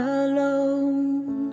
alone